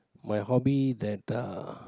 my hobby that uh